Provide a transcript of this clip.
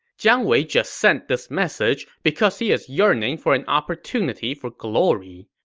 jiang wei just sent this message because he's yearning for an opportunity for glory.